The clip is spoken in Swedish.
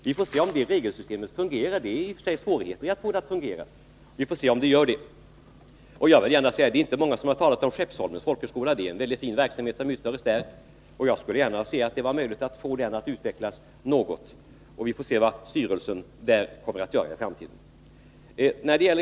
Vi får se om det systemet fungerar; det har i och för sig sina svårigheter, Det är inte många som har talat om Skeppsholmens folkhögskola. Det är en väldigt fin verksamhet som bedrivs där, och jag skulle gärna se att det var möjligt att få den att utvecklas något. Vi får avvakta vad styrelsen där kommer att göra i framtiden.